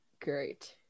great